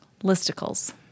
listicles